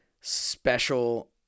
special